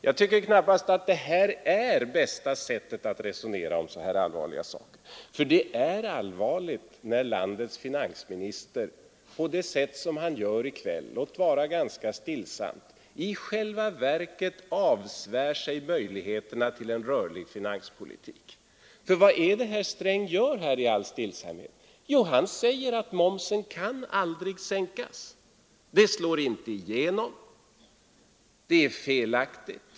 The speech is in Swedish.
Jag tycker knappast att det här är bästa sättet att resonera om så allvarliga saker — för det är allvarligt när landets finansminister på det sätt som han gör i kväll, låt vara ganska stillsamt, i själva verket avsvär sig möjligheterna till en rörlig finanspolitik. För vad är det herr Sträng gör här i all stillsamhet? Jo, han säger: ”Momsen kan aldrig sänkas. Det slår inte igenom. Det är felaktigt.